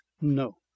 no